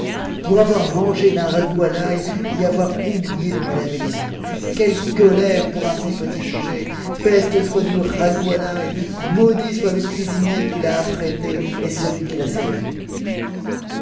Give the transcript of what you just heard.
pour avoir mangé d'un ragoût à l'ail et avoir oublié de me laver les mains quelle colère pour un si petit sujet peste soit du ragoût à l'ail maudits soient le cuisinier qui l'a apprêté et celui qui l'a servi